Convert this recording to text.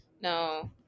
No